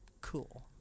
Cool